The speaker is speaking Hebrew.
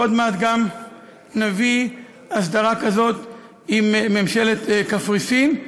ועוד מעט גם נביא הסדרה כזאת עם ממשלת קפריסין,